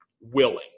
willing